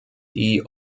die